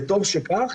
וטוב שכך,